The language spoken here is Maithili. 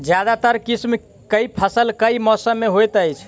ज्यादातर किसिम केँ फसल केँ मौसम मे होइत अछि?